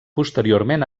posteriorment